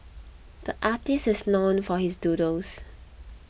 the artist is known for his doodles